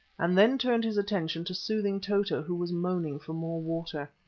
and then turned his attention to soothing tota, who was moaning for more water.